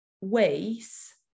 ways